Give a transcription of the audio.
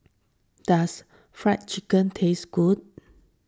does Fried Chicken taste good